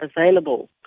available